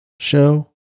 show